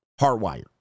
hardwired